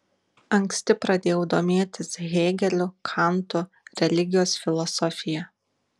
anksti pradėjau domėtis hėgeliu kantu religijos filosofija